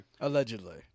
Allegedly